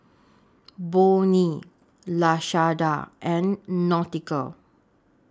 Bonnie Lashanda and Nautica